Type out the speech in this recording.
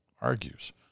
argues